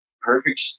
perfect